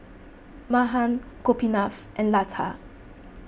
Mahan Gopinath and Lata